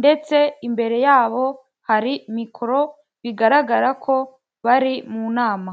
ndetse imbere yabo hari mikoro bigaragara ko bari mu nama.